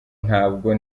ntabwo